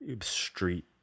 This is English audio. street